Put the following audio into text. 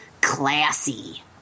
classy